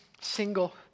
single